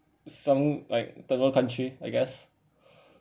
some like third world country I guess